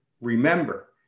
remember